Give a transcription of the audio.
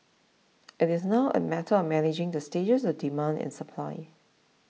it is now a matter of managing the stages of demand and supply